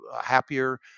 happier